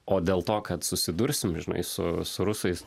o dėl to kad susidursim dažnai su rusais